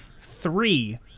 three